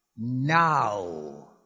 now